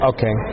Okay